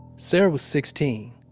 sara was sixteen.